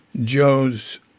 Joe's